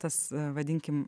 tas vadinkim